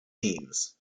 teams